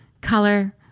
color